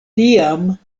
tiam